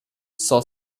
saw